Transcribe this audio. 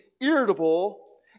irritable